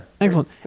excellent